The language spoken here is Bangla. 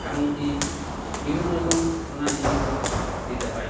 এমনকি বিভিন্ন রকম সোনার জিনিসও দিতে হয়